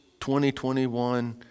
2021